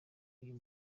uyu